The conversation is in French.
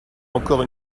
encore